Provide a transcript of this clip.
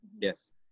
Yes